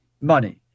money